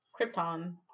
krypton